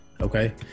okay